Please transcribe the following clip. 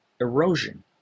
erosion